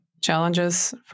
challenges